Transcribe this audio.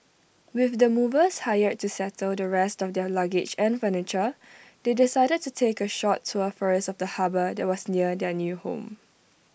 with the movers hired to settle the rest of their luggage and furniture they decided to take A short tour first of the harbour that was near their new home